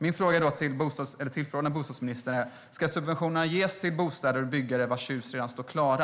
Min fråga till den tillförordnade bostadsministern är: Ska subventionerna ges till byggare vilkas bostäder och hus redan står klara?